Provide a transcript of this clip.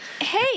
Hey